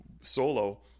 solo